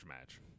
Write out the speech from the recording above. match